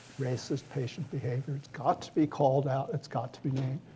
racist patient behavior. it's got to be called out. it's got to be named.